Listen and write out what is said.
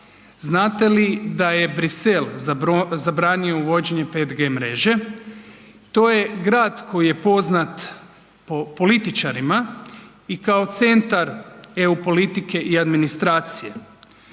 Znate li da je Brisel zabranio uvođenje 5G mreže? To je grad koji je poznat po političarima i kao centar EU politike i administracije,